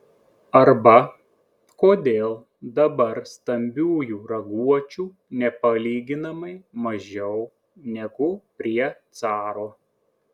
arba kodėl dabar stambiųjų raguočių nepalyginamai mažiau negu prie caro